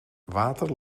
water